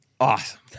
Awesome